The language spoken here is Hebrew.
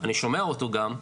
אני שומע אותו גם,